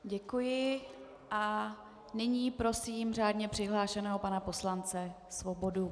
Děkuji a nyní prosím řádně přihlášeného pana poslance Svobodu.